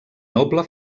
noble